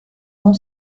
bon